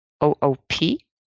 O-O-P